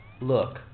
look